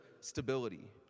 stability